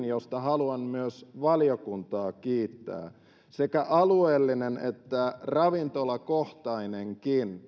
josta haluan myös valiokuntaa kiittää sekä alueellinen että ravintolakohtainenkin